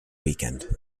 weekend